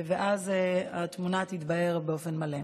ואז התמונה תתבהר באופן מלא.